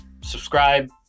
Subscribe